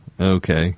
Okay